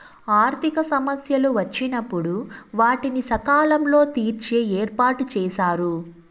ఆర్థిక సమస్యలు వచ్చినప్పుడు వాటిని సకాలంలో తీర్చే ఏర్పాటుచేశారు